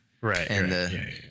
Right